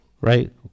right